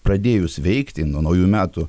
pradėjus veikti nuo naujųjų metų